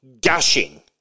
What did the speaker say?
gushing